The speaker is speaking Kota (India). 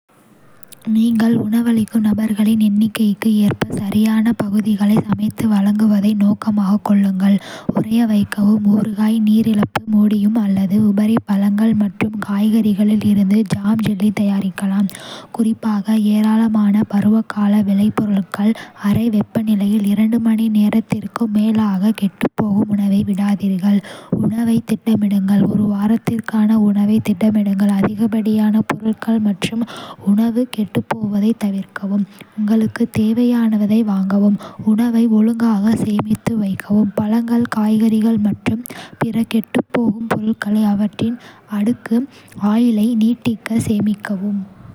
நீங்கள் உணவளிக்கும் நபர்களின் எண்ணிக்கைக்கு ஏற்ப சரியான பகுதிகளை சமைத்து வழங்குவதை நோக்கமாகக் கொள்ளுங்கள். உறைய வைக்கவும், ஊறுகாய், நீரிழப்பு, முடியும், அல்லது உபரி பழங்கள் மற்றும் காய்கறிகளில் இருந்து ஜாம்/ஜெல்லி தயாரிக்கலாம் குறிப்பாக ஏராளமான பருவகால விளைபொருட்கள். அறை வெப்பநிலையில் இரண்டு மணி நேரத்திற்கும் மேலாக கெட்டுப்போகும் உணவை விடாதீர்கள். உணவைத் திட்டமிடுங்கள் ஒரு வாரத்திற்கான உணவைத் திட்டமிடுங்கள், அதிகப்படியான பொருட்கள் மற்றும் உணவு கெட்டுப்போவதைத் தவிர்க்கவும். உங்களுக்குத் தேவையானதை வாங்கவும். உணவை ஒழுங்காக சேமித்து வைக்கவும்: பழங்கள், காய்கறிகள் மற்றும் பிற கெட்டுப்போகும் பொருட்களை அவற்றின் அடுக்கு ஆயுளை நீட்டிக்க சேமிக்கவும்.